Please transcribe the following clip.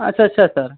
अच्छा अच्छा सर